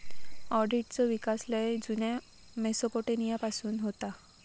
ऑडिटचो विकास लय जुन्या मेसोपोटेमिया पासून होता